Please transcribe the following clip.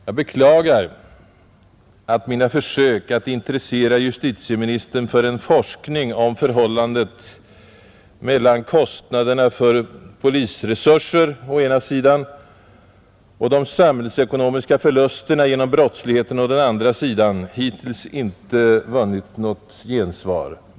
Jag beklagar att mina försök att intressera justitieministern för en forskning om förhållandet mellan kostnaderna för polisresurser å ena sidan och de samhällsekonomiska förlusterna genom brottsligheten å andra sidan hittills inte har vunnit något gensvar.